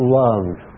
loved